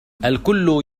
الكل